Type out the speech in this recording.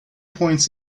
points